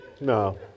No